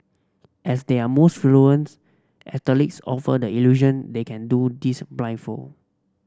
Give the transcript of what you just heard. as their most fluent athletes offer the illusion they can do this blindfolded